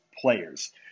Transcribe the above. players